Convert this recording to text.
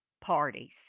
parties